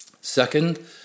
second